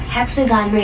Hexagon